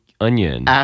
Onion